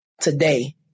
today